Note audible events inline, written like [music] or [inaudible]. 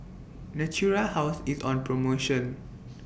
Natura House IS on promotion [noise]